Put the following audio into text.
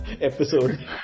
episode